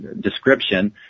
description